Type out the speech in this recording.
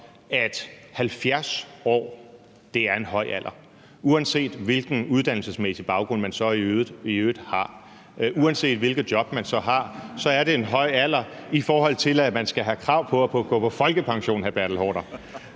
at 70 år er en høj alder, uanset hvilken uddannelsesmæssig baggrund man så i øvrigt har? (Bertel Haarder (V): Nej!) Uanset hvilket job man så har, er det en høj alder, i forhold til at man skal have krav på at kunne gå på folkepension, hr. Bertel Haarder